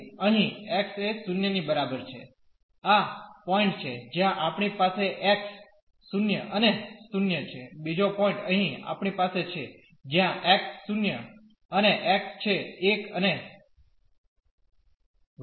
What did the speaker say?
તેથી અહીં x એ 0 ની બરાબર છે આ પોઈન્ટ છે જ્યાં આપણી પાસે x 0 અને 0 છે બીજો પોઈન્ટ અહીં આપણી પાસે છે જ્યાં x 0 અને x છે 1 અને y એ 1 છે